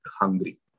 hungry